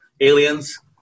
aliens